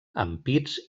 ampits